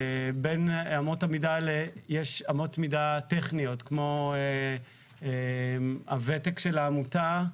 בין אמות המידה האלה יש אמות מידה טכניות כמו הוותק של העמותה,